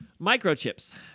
Microchips